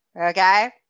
okay